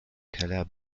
keller